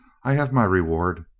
i have my reward.